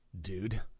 dude